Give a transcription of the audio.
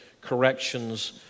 corrections